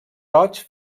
roig